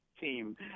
team